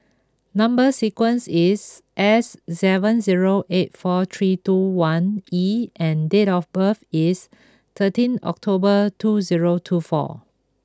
number sequence is S seven zero eight four three two one E and date of birth is thirteen October two zero two four